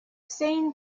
seen